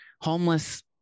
homeless